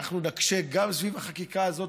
אנחנו נקשה גם בחקיקה הזאת,